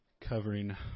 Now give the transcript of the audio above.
covering